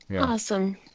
Awesome